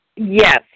Yes